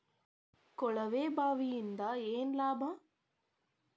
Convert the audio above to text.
ಕೊಳವೆ ಬಾವಿಯಿಂದ ಏನ್ ಲಾಭಾ?